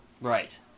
Right